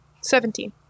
Seventeen